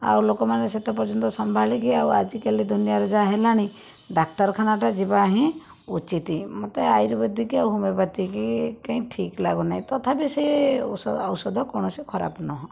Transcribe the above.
ଆଉ ଲୋକମାନେ ସେତେ ପର୍ଯ୍ୟନ୍ତ ସମ୍ଭାଳିକି ଆଉ ଆଜିକାଲି ଦୁନିଆଁରେ ଯାହା ହେଲାଣି ଡାକ୍ତରଖାନାଟା ଯିବା ହିଁ ଉଚିତ ମୋତେ ଆୟୁର୍ବେଦିକ ଆଉ ହୋମିଓପାଥିକ କାହିଁ ଠିକ୍ ଲାଗୁନାହିଁ ତଥାପି ସେ ଔଷଧ କୌଣସି ଖରାପ ନୁହଁ